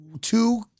two